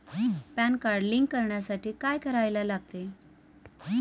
Pan card link करण्यासाठी काय करायला लागते?